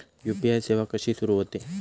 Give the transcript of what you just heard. UPI सेवा कशी सुरू होते?